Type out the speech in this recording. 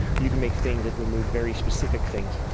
you can make things that remove very specific things.